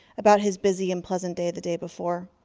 about his busy and pleasant day the day before.